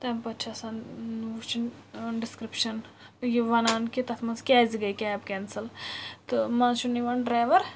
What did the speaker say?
تَمہِ پَتہٕ چھِ آسان اۭں وُچھُنۍ ٲں ڈِسکرٛپشَن یہِ وَنان کہِ تَتھ منٛز کیٛازِ گٔے کیب کیٚنسل تہٕ منٛزٕ چھُنہٕ یوان ڈرٛایوَر